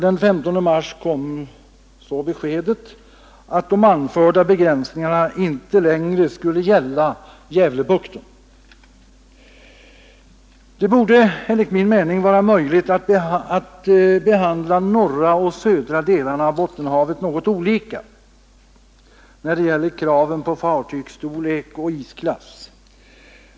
Den 15 mars kom så beskedet att de anförda begränsningarna inte längre skulle gälla Gävlebukten. Det borde enligt min mening vara möjligt att behandla de norra och södra delarna av Bottenhavet något olika när det gäller kraven på fartygsstorlek och isklass.